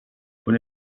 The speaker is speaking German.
von